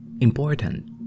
important